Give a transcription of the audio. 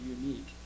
unique